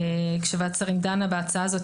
כשוועדת שרים דנה בהצעה הזאת,